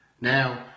Now